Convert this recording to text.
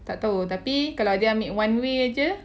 tak tahu tapi kalau dia ambil one way jer